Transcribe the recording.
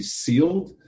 sealed